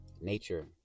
nature